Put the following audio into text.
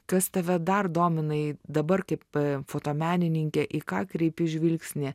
kas tave dar dominai dabar kaip fotomenininkę į ką kreipi žvilgsnį